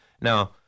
Now